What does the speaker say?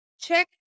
check